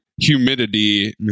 Humidity